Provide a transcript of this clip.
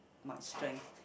must strength